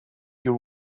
your